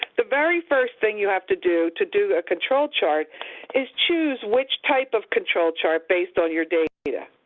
the very first thing you have to do to do a control chart is choose which type of control chart based on your data.